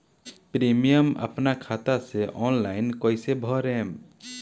Premium अपना खाता से ऑनलाइन कईसे भरेम?